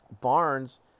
Barnes